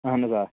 اہن حظ آ